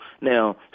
Now